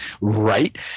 right